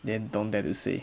then don't dare to say